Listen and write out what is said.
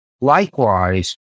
Likewise